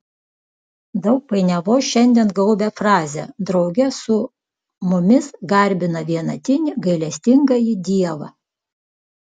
daug painiavos šiandien gaubia frazę drauge su mumis garbina vienatinį gailestingąjį dievą